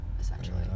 Essentially